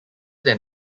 than